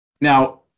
Now